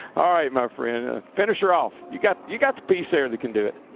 all right, my friend. ah finish her off. you got you got the piece there that can do it.